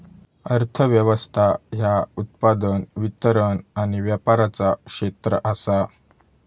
अर्थ व्यवस्था ह्या उत्पादन, वितरण आणि व्यापाराचा क्षेत्र आसा